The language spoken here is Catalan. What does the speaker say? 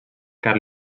car